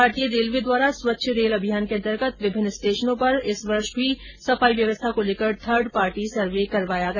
भारतीय रेलवे द्वारा स्वच्छ रेल अभियान के अन्तर्गत विभिन्न स्टेशनों पर इस वर्ष भी सफाई व्यवस्था को लेकर थर्ड पार्टी सर्वे करवाया गया